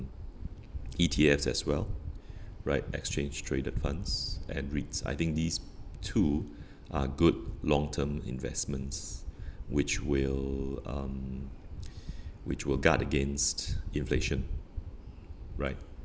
E_T_S as well right exchange traded funds and REITs I think these two are good long term investments which will um which will guard against inflation right